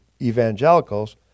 evangelicals